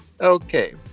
Okay